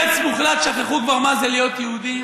שבמרץ מוחלט שכחו כבר מה זה להיות יהודים,